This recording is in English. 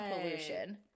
pollution